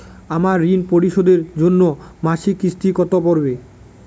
আমার ঋণ পরিশোধের জন্য মাসিক কিস্তি কত পড়বে?